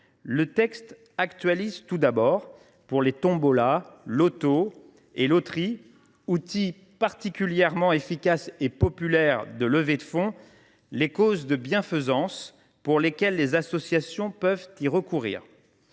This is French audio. le texte actualise tout d’abord, pour les tombolas, lotos et loteries – outils particulièrement efficaces et populaires de levée de fonds – les causes de bienfaisance pour lesquelles les associations peuvent y recourir.